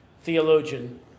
theologian